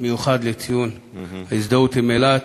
מיוחד לציון ההזדהות עם אילת